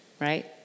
right